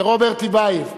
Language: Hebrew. ורוברט טיבייב.